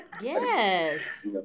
Yes